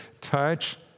touch